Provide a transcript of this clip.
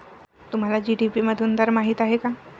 तुम्हाला जी.डी.पी मधून दर माहित आहे का?